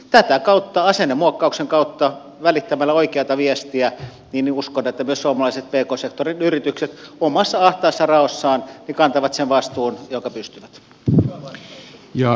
uskon että tätä kautta asennemuokkauksen kautta välittämällä oikeata viestiä myös suomalaiset pk sektorin yritykset omassa ahtaassa raossaan kantavat sen vastuun jonka pystyvät